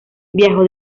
viajó